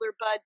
bud